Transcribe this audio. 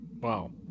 Wow